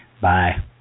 Bye